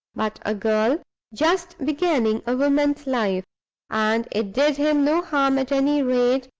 but a girl just beginning a woman's life and it did him no harm, at any rate,